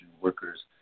Workers